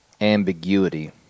ambiguity